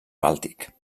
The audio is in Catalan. bàltic